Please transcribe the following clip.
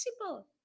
possible